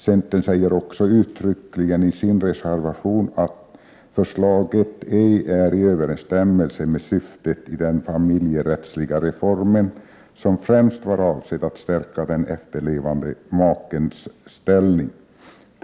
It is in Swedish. Centern säger också uttryckligen isin reservation att förslaget ej står i överensstämmelse med den familjerättsliga reformens syfte, som främst var att stärka den efterlevande makens ställning.